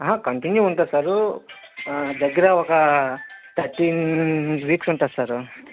ఆహా కంటిన్యూ ఉంటుంది సార్ దగ్గర ఒక థర్టీన్ వీక్స్ ఉంటుంది సార్